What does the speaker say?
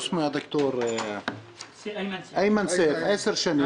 ד"ר איימן סייף 10 שנים.